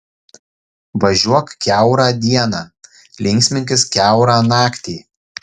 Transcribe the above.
važiuok kiaurą dieną linksminkis kiaurą naktį